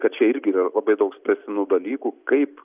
kad čia irgi yra labai daug spręstinų dalykų kaip